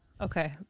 Okay